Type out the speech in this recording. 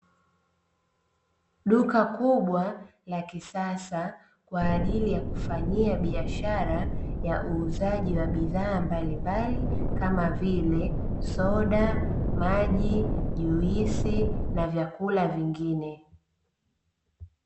Duka kubwa la kisasa kwa ajili ya kufanyia biashara ya uuzaji wa bidhaa mbalimbali kama vile: soda, maji, juisi na vyakula vingine.